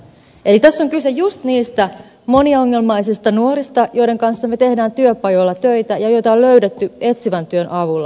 eli tässä on kyse juuri niistä moniongelmaisista nuorista joiden kanssa tehdään työpajoilla töitä ja joita on löydetty etsivän työn avulla